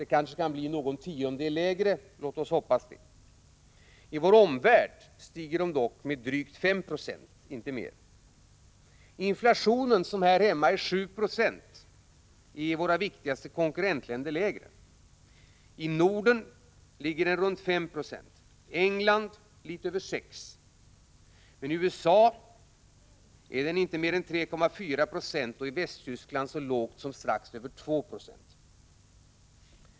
Det kanske kan bli någon tiondel lägre — låt oss hoppas det. I vår omvärld stiger de dock med drygt 5 96, inte mer. Inflationen, som här hemma är 7 90, är i våra viktigaste konkurrentländer lägre. I Norden ligger den runt 5 96, och i England litet över 6 70. Men i USA är den inte mer än 3,4 70, och i Västtyskland så låg som strax över 2 9o.